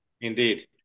Indeed